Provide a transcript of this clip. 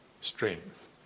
strength